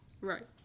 right